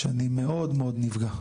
שאני מאוד מאוד נפגע.